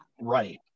right